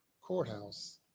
courthouse